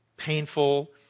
painful